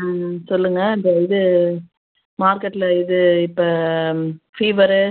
ம் சொல்லுங்க இந்த இது மார்க்கெட்டில் இது இப்போ ஃபீவரு